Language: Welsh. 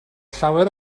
llawer